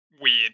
Weird